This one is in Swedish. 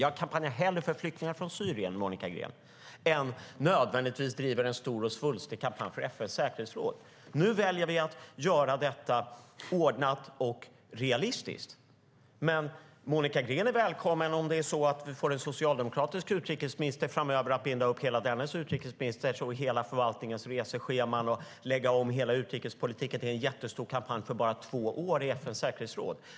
Jag kampanjar hellre för flyktingar från Syrien, Monica Green, än att nödvändigtvis driva en stor och svulstig kampanj för en plats för Sverige i FN:s säkerhetsråd. Nu väljer vi att göra detta ordnat och realistiskt. Men om vi får en socialdemokratisk utrikesminister framöver är Monica Green välkommen att binda upp utrikesministerns och hela förvaltningens resescheman och lägga om hela utrikespolitiken till en jättestor kampanj för bara två år i FN:s säkerhetsråd.